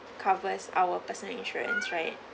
covers our personal insurance right